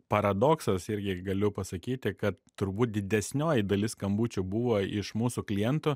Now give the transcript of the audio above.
paradoksas irgi galiu pasakyti kad turbūt didesnioji dalis skambučių buvo iš mūsų klientų